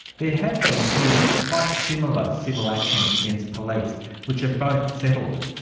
there have been two quite similar civil actions against police which have both settled,